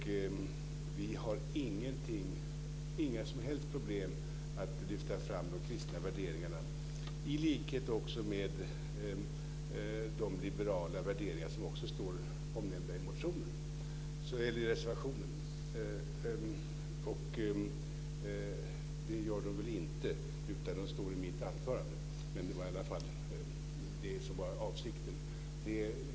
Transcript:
Vi har inga som helst problem med att lyfta fram de kristna värderingarna, i likhet med de liberala värderingar som är omnämnda i mitt anförande.